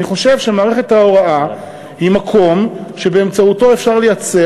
אני חושב שמערכת ההוראה היא מקום שבאמצעותו אפשר לייצר